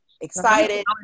excited